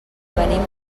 venim